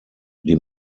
die